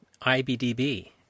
IBDB